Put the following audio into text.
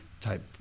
type